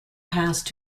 passed